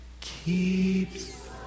keeps